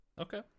Okay